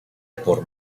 por